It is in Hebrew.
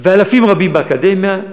ואלפים רבים באקדמיה,